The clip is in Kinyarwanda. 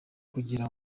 kugira